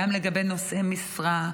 גם לגבי נושאי משרה.